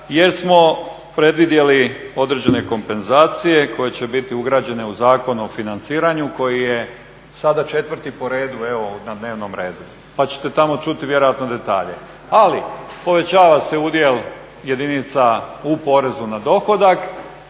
jer smo predvidjeli određene kompenzacije koje će biti ugrađen u Zakon o financiranju koji je sada četvrti po redu evo na dnevnom redu, pa ćete tamo čuti vjerojatno detalje. Ali povećava se udjel jedinica u porezu na dohodak,